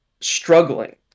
struggling